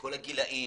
בכל הגילאים?